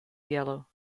yellow